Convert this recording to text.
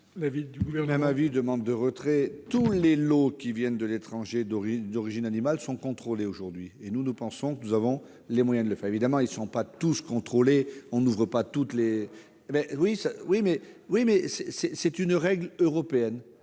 l'avis du Gouvernement ?